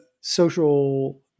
social